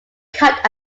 cut